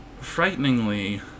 frighteningly